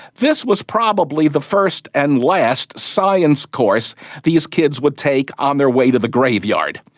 this was probably the first and last science course these kids would take on their way to the graveyard.